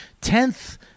Tenth